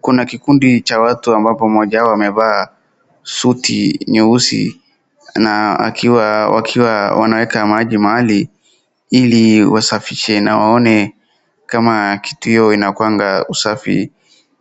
Kuna kikundi cha watu ambapo mmoja wao amevaa suti nyeusi na wakiwa wanaeka maji mahali ili wasafishe na waone kama kitu hiyo inakuanga usafi.